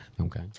Okay